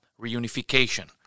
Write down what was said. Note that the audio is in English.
Reunification